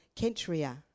Kentria